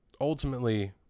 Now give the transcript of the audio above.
ultimately